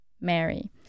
Mary